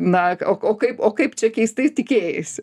na o kaip o kaip čia keistai tikėjaisi